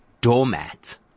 doormat